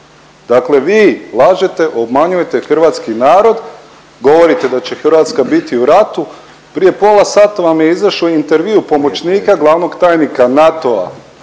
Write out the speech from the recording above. Dakle, vi lažete, obmanjujete hrvatski narod, govorite da će Hrvatska biti u ratu. Prije pola sata vam je izašao intervju pomoćnika glavnog tajnika NATO-a